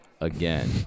again